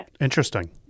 Interesting